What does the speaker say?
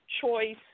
choice